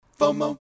FOMO